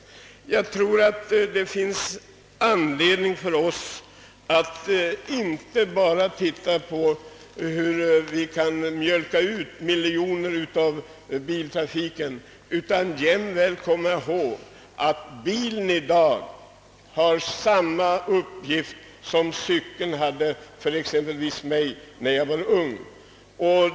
Jag tror att det finns anledning för oss att inte bara titta på hur vi kan mjölka ut miljoner av biltrafiken, utan även komma ihåg att bilen i dag har samma uppgift som cykeln hade för exempelvis mig när jag var ung.